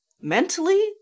mentally